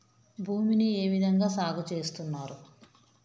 భూమిని ఏ విధంగా సాగు చేస్తున్నారు?